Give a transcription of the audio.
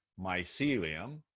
mycelium